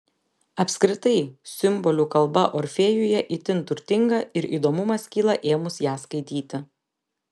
apskritai simbolių kalba orfėjuje itin turtinga ir įdomumas kyla ėmus ją skaityti